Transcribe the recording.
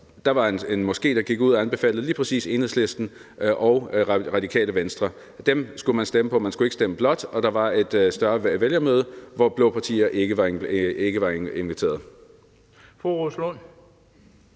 – var en moské, der gik ud og anbefalede at stemme på lige præcis Enhedslisten og Radikale Venstre. Dem skulle man stemme på. Man skulle ikke stemme blåt, og der var et større vælgermøde, hvor blå partier ikke var inviteret. Kl.